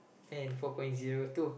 and four point zero two